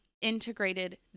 integrated